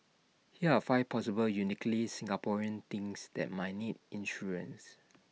here are five possible uniquely Singaporean things that might need insurance